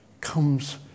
comes